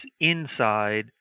inside